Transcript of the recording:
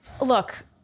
look